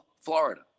Florida